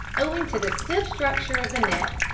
owing to the stiff structure of the neck,